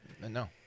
No